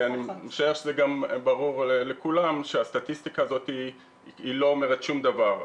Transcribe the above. אני משער שברור לכולם שהסטטיסטיקה הזו לא אומרת שום דבר.